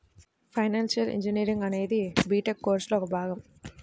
financial engineering అనేది BTech కోర్సులో ఒక భాగం